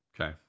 Okay